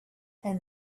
and